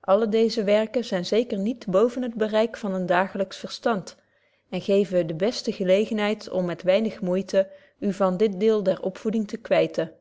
alle deeze werken zyn zeker niet boven het bereik van een dagelyks verstand en geven de beste gelegenheid om met weinig moeite u van dit deel der opvoeding te kwyten